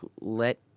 let